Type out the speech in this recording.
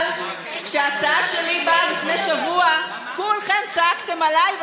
אבל כשההצעה שלי באה לפני שבוע כולכם צעקתם עליי,